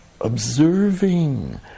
observing